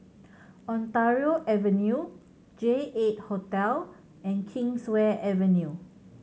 Ontario Avenue J Eight Hotel and Kingswear Avenue